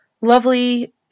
lovely